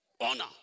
Honor